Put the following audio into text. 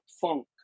funk